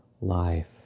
life